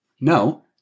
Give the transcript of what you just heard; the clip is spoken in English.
No